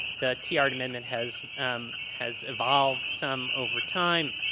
the tiahrt amendment has um has evolved some overtime,